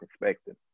perspective